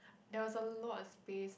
there was a lot of space